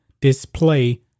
display